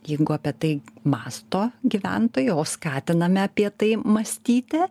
jeigu apie tai mąsto gyventojai o skatiname apie tai mąstyti